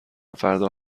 فردا